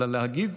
אלא לציין